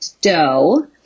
dough